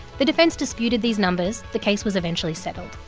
the defense disputed these numbers. the case was eventually settled.